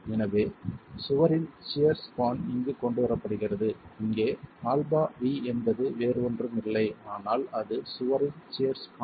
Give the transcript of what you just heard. எனவே சுவரின் shear span இங்கு கொண்டு வரப்படுகிறது இங்கே αv என்பது வேறு ஒன்றும் இல்லை ஆனால் அது சுவரின் சியர் ஸ்பான்